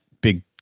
big